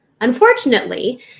Unfortunately